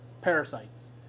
parasites